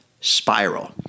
spiral